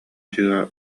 дьиэҕэ